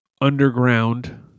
underground